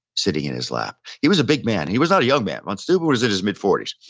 sitting in his lap he was a big man, he was not a young man. von steuben was in his mid-forties.